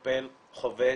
חובש,